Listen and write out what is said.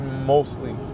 Mostly